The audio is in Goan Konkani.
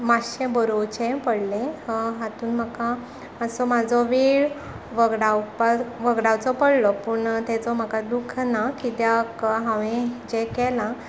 मातशें बरोवचेंय पडलें हातूंत म्हाका असो म्हाजो वेळ वगडावचो पडलो पूण तेचो म्हाका दुख ना कित्याक हांवें जें केलां